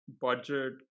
budget